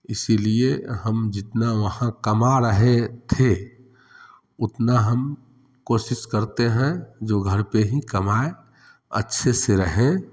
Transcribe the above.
इसलिए हम जितना वहाँ कमा रहे थे उतना हम कोशिश करते हैं जो घर पर ही कमाएँ अच्छे से रहें